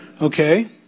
Okay